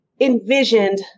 envisioned